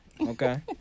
Okay